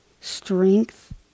strength